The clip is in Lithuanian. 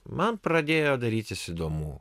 man pradėjo darytis įdomu